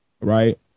right